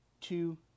two